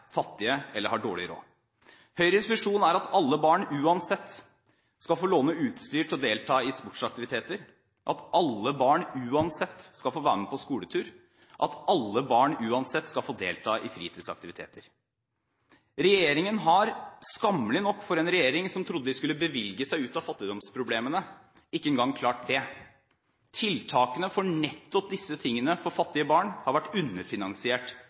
fattige eller har dårlig råd. Høyres visjon er at alle barn uansett skal få låne utstyr til å delta i sportsaktiviteter, at alle barn uansett skal få være med på skoletur, og at alle barn uansett skal få delta i fritidsaktiviteter. Regjeringen har – skammelig nok for en regjering som trodde den kunne bevilge seg ut av fattigdomsproblemene – ikke engang klart det. Denne typen tiltak for fattige barn har vært underfinansiert